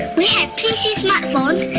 we have pcs, smart phones,